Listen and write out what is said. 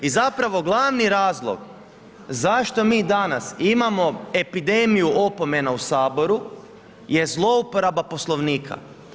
I zapravo glavni razlog zašto mi danas imamo epidemiju opomena u Saboru je zlouporaba Poslovnika.